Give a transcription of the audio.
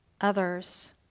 others